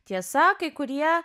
tiesa kai kurie